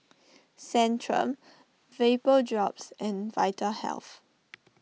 Centrum Vapodrops and Vitahealth